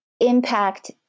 impact